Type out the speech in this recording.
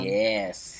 yes